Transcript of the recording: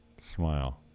smile